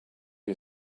you